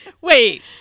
Wait